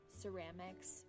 ceramics